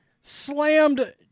slammed